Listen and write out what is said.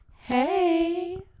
Hey